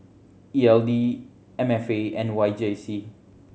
E L D M F A and Y J C